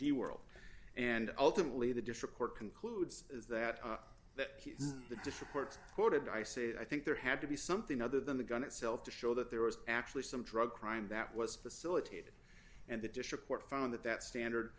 d world and ultimately the district court concludes that the different courts quoted i said i think there had to be something other than the gun itself to show that there was actually some drug crime that was facilitated and the district court found that that standard